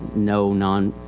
no non,